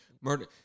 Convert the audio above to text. murder